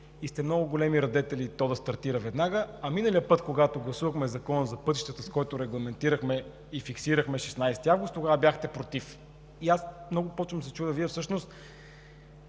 Много големи радетели сте то да стартира веднага, а миналия път, когато гласувахме Закона за пътищата, с който регламентирахме и фиксирахме 16 август, тогава бяхте против. Започвам много да се чудя Вие всъщност